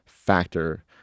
factor